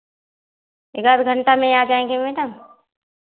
एकाध घण्टा में आ जाएँगी मैडम